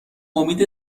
امید